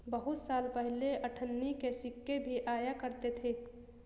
बहुत साल पहले अठन्नी के सिक्के भी आया करते थे